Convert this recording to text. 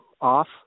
off